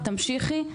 תמשיכי,